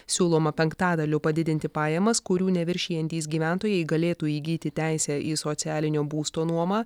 siūloma penktadaliu padidinti pajamas kurių neviršijantys gyventojai galėtų įgyti teisę į socialinio būsto nuomą